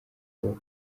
bakora